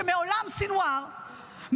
שמעולם סנוואר,